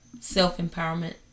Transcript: Self-Empowerment